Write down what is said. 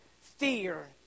fear